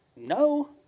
No